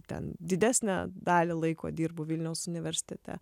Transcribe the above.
ten didesnę dalį laiko dirbu vilniaus universitete